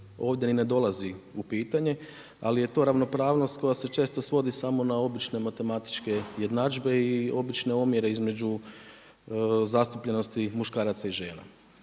ovdje ni ne dolazi u pitanje, ali je to ravnopravnost koja se često svodi samo na obične matematične jednadžbe i obične omjere između zastupljenosti muškaraca i žena.